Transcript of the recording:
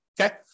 Okay